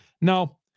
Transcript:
Now